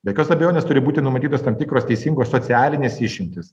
be jokios abejonės turi būti numatytos tam tikros teisingos socialinės išimtys